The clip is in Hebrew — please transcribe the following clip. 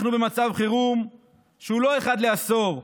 אנחנו במצב חירום שהוא לא אחד לעשור,